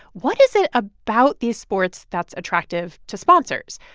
what is it about these sports that's attractive to sponsors?